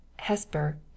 Hesper